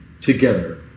Together